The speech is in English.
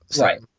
Right